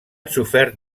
sofert